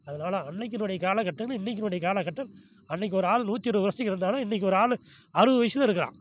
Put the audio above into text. அதனால் அன்னைக்கினுடைய காலகட்டமும் இன்னைக்கினுடைய காலகட்டம் அன்னைக்கு ஒரு ஆள் நூற்றி இருபது வருஷம் இருந்தாலும் இன்னைக்கு ஒரு ஆள் அறுபது வயசுல இருக்கிறான்